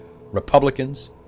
Republicans